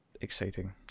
Exciting